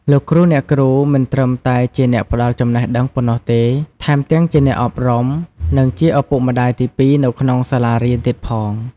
លោកគ្រូ អ្នកគ្រូ មិនត្រឹមតែជាអ្នកផ្ដល់ចំណេះដឹងប៉ុណ្ណោះទេ ថែមទាំងជាអ្នកអប់រំ និងជាឪពុកម្ដាយទីពីរនៅក្នុងសាលារៀនទៀតផង។